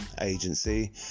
agency